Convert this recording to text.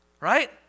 right